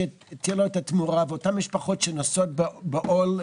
שתהיה לו התמורה ומשפחות שנושאות בעול,